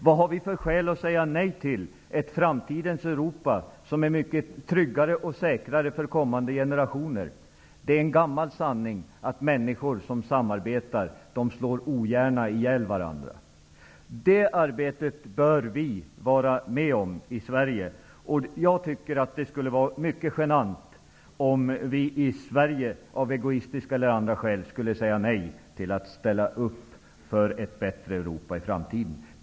Vad har vi för skäl att säga nej till ett framtidens Europa, som är tryggare och säkrare för kommande generationer? Det är en gammal sanning att människor som samarbetar ogärna slår ihjäl varandra. I det samarbetet bör vi i Sverige vara med. Jag tycker att det skulle vara mycket genant om vi i Sverige av egoistiska ellar andra skäl skulle säga nej till att ställa upp för ett bättre Europa i framtiden.